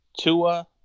Tua